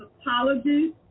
apologies